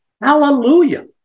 Hallelujah